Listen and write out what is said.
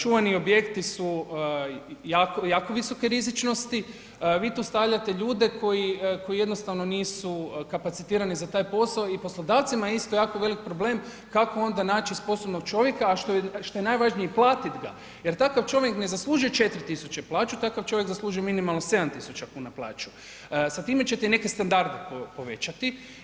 Čuvani objekti su jako visoke rizičnosti, vi tu stavljate ljudi koji jednostavno nisu kapacitirani za taj posao i poslodavcima je isto jako veliki problem kako onda naći sposobnog čovjeka, a što je najvažnije platit ga jer takav čovjek ne zaslužuje 4.000 plaću, takav čovjek zaslužuje minimalno 7.000 kuna plaću i sa time ćete neke standarde povećati.